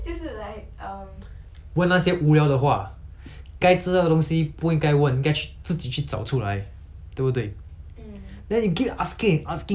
该知道的东西不应该问应该去自己去找出来对不对 then you keep asking and asking asking !walao! eh you think I would understand you meh